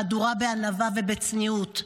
חדורה בענווה ובצניעות.